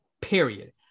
period